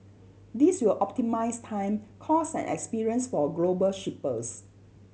this will optimise time cost and experience for global shippers